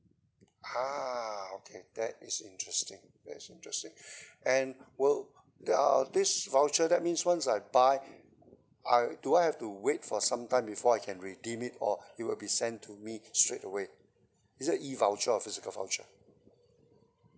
ah okay that is interesting that is interesting and will uh this voucher that means once I buy I do I have to wait for sometime before I can redeem it or it will be sent to me straightaway is that E voucher or physical voucher